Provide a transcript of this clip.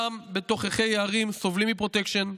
גם בתוככי הערים, סובלים מפרוטקשן,